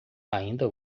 ainda